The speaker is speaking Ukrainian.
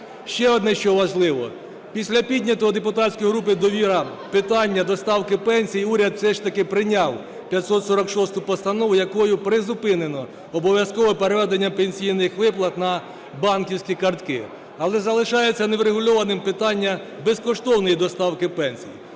Ще одне, що важливо. Після піднятого депутатською групою "Довіра" питання доставки пенсій уряд все ж таки прийняв 546 Постанову, якою призупинено обов'язкове переведення пенсійних виплат на банківські картки. Але залишається неврегульованим питання безкоштовної доставки пенсій.